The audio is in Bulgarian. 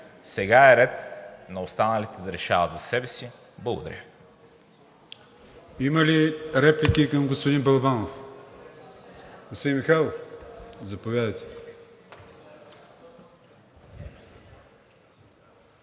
Сега е ред на останалите да решават за себе си. Благодаря.